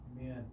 Amen